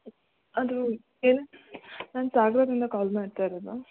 ಅದು ಏನು ನಾನು ಸಾಗರದಿಂದ ಕಾಲ್ ಮಾಡ್ತಾ ಇರೋದು